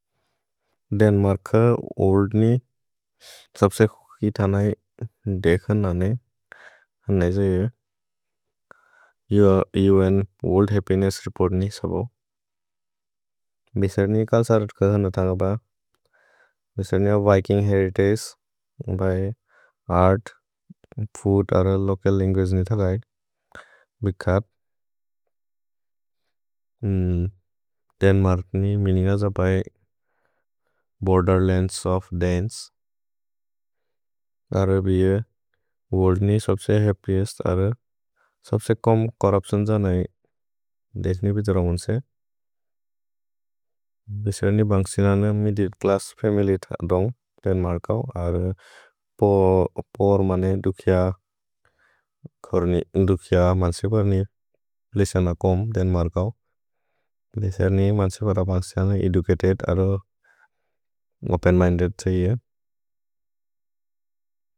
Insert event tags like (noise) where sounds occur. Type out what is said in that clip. Denmark अ (hesitation) ओल्द्नि सब्से क्सुकि थनै देख नने, हन जे। (hesitation) उन् ओल्द् हप्पिनेस्स् रेपोर्त् नि सबो। (hesitation) भेसेद् नि काल् सरत् कज नत अग ब। भेसेद् नि अ विकिन्ग् हेरितगे बै अर्त्, (hesitation) फूद् अरल् लोकल् लन्गुअगे नित गैद्। भिखत्, (hesitation) देन्मर्क् नि मिनिगज बै (hesitation) बोर्देर्लन्द्स् ओफ् दन्चे। (hesitation) अरल् बिए, वोर्ल्द् नि सब्से हप्पिएस्त् अरल् सब्से कोम् चोर्रुप्तिओन् (hesitation) थनै देखि निपित् रौन्से। (hesitation) भेसेद् नि बन्सिनन मिदि क्लस् (hesitation) फमिलित् अदोन्ग्। देन्मर्कव् अर् पोर् मने दुक्य (hesitation) मन्सेपेर् नि लेसेन कोम् देन्मर्कव्। (hesitation) भेसेद् नि मन्सेपेर (hesitation) बन्सिनन एदुकतेद् अरल् (hesitation) ओपेन् मिन्देद् सेइयन्।